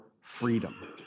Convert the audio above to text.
freedom